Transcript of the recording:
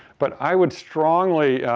but i would strongly